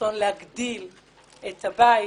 רצון להגדיל את הבית,